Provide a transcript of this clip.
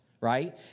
right